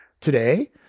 today